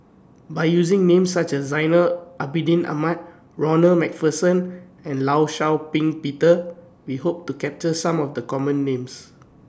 By using Names such as Zainal Abidin Ahmad Ronald MacPherson and law Shau Ping Peter We Hope to capture Some of The Common Names